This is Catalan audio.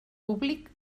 públic